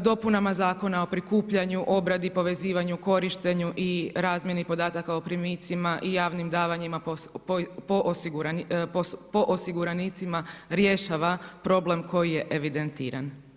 dopunama zakona o prikupljanju, obradi i povezivanju, korištenju i razmjeni podataka o primicima i javnim davanjima po osiguranicima rješava problem koji je evidentiran.